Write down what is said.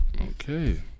Okay